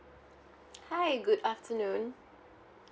hi good afternoon